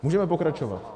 Můžeme pokračovat?